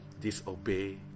disobey